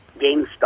GameStop